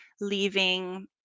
leaving